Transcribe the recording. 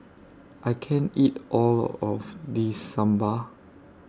I can't eat All of This Sambar